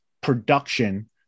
production